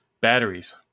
batteries